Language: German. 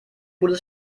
gutes